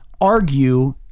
argue